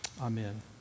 Amen